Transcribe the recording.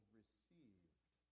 received